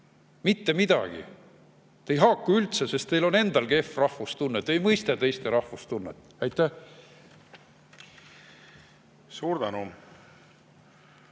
Mitte midagi. Te ei haaku siin üldse, sest teil on endal kehv rahvustunne ja te ei mõista teiste rahvustunnet. Aitäh! Suur tänu!